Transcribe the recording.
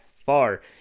far